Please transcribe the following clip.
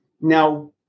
Now